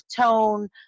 tone